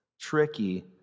tricky